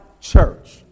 church